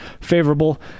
favorable